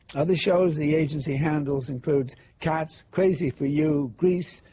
other shows the agency handles include cats, crazy for you, grease,